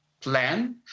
plan